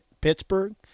Pittsburgh